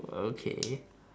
okay